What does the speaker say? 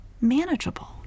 manageable